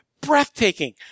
breathtaking